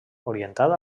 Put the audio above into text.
orientada